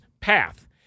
path